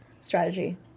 Strategy